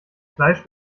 fleisch